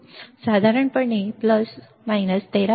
साधारणपणे प्लस वजा 13